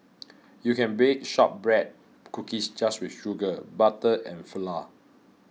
you can bake Shortbread Cookies just with sugar butter and flour